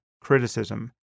criticism